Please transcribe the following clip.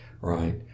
right